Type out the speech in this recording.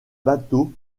bateau